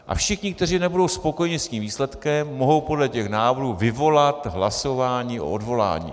A všichni, kteří nebudou spokojeni s tím výsledkem, mohou podle těch návrhů vyvolat hlasování o odvolání.